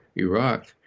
Iraq